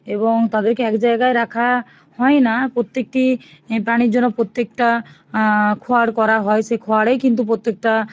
এবং তাদেরকে এক জায়গায় রাখা হয় না প্রত্যেকটি ই প্রাণীর জন্য প্রত্যেকটা খোয়ার করা হয় সেই খোয়ারেই কিন্তু প্রত্যেকটা